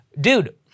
dude